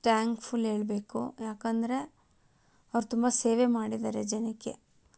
thankful ಹೇಳಬೇಕು ಯಾಕಂದರೆ ಅವ್ರು ತುಂಬ ಸೇವೆ ಮಾಡಿದ್ದಾರೆ ಜನಕ್ಕೆ